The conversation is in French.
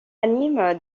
anime